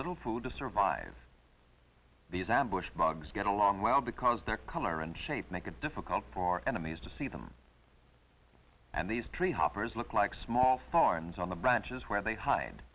little food to survive these ambush mugs get along well because their color and shape make it difficult for enemies to see them and these tree hoppers look like small farms on the branches where they hide